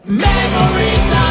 Memories